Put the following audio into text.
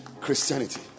Christianity